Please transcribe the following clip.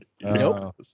Nope